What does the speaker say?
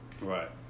Right